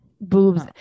boobs